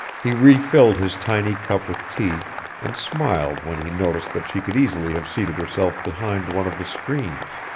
he refilled his tiny cup with tea and smiled when he noticed that she could easily have seated herself behind one of the screens.